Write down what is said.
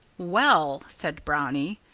well! said brownie.